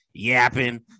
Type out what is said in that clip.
yapping